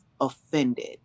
offended